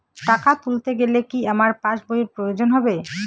টাকা তুলতে গেলে কি আমার পাশ বইয়ের প্রয়োজন হবে?